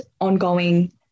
ongoing